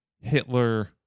Hitler